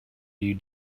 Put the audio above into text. you